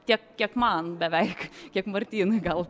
tiek kiek man beveik kiek martynui gal